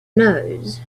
knows